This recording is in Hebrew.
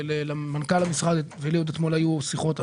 למנכ"ל המשרד ולי עוד אתמול היו שיחות על